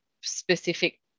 specific